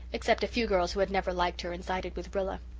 except a few girls who had never liked her and sided with rilla.